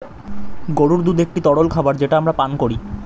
গরুর দুধ একটি তরল খাবার যেটা আমরা পান করি